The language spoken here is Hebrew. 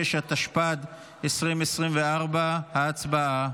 26), התשפ"ד 2024. הצבעה.